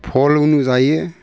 फलुं जायो